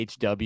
HW